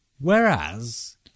Whereas